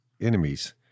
enemies